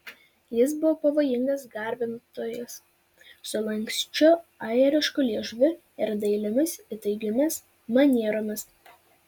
jis buvo pavojingas garbintojas su lanksčiu airišku liežuviu ir dailiomis įtaigiomis manieromis